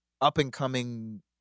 up-and-coming